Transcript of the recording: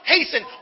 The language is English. Hasten